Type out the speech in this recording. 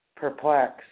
Perplexed